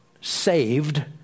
saved